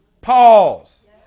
pause